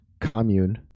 commune